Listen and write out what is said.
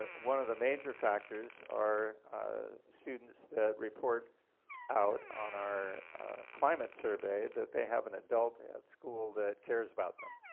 ah one of the major factors are students that report out on our climate survey that they have an adult at school that cares about them.